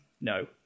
no